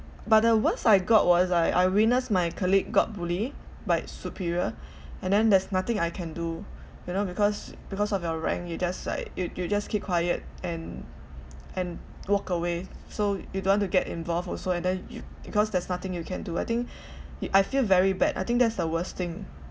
but the worst I got was I I witness my colleague got bullied by superior and then there's nothing I can do you know because because of your rank you just like you you just keep quiet and and walk away so you don't want to get involved also and then you because there's nothing you can do I think I feel very bad I think that's the worst thing